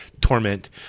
torment